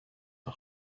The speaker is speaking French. par